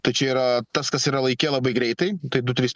tad čia yra tas kas yra laike labai greitai tai du trys